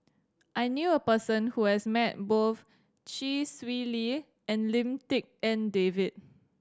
I knew a person who has met both Chee Swee Lee and Lim Tik En David